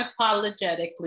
unapologetically